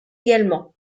également